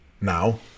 Now